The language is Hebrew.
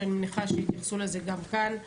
ואני מניחה שהם יתייחסו לזה גם כאן,